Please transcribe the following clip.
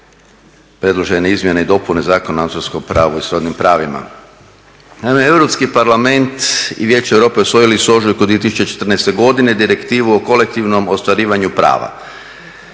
predložene izmjene i dopune Zakona o autorskom pravu i srodnim pravima. Naime, Europski parlament i Vijeće Europe usvojili su u ožujku 2014. godine Direktivu o kolektivnom ostvarivanju prava.